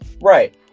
Right